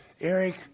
Eric